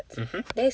mmhmm